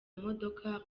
modoka